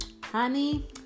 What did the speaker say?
honey